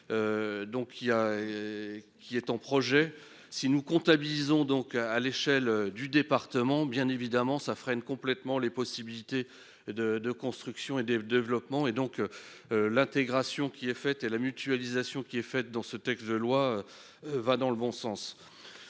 Qui est en projet si nous comptabilisons donc à l'échelle du département, bien évidemment ça freine complètement les possibilités de, de construction et de développement et donc. L'intégration qui est fait et la mutualisation qui est faite dans ce texte de loi. Va dans le bon sens.